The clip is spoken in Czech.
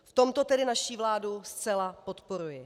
V tomto tedy naší vládu zcela podporuji.